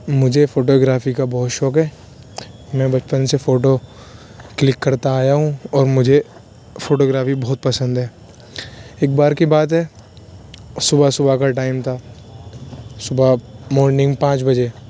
مجھے photography کا بہت شوق ہے میں بچپن سے فوٹو کلک کرتا آیا ہوں اور مجھے فوٹو گرافی بہت پسند ہے ایک بار کی بات ہے صبح صبح کا ٹائم تھا صبح مارننگ پانچ بجے